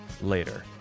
later